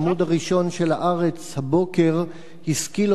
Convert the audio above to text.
העמוד הראשון של "הארץ" הבוקר השכיל